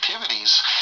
activities